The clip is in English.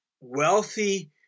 wealthy